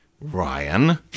Ryan